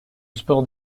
sports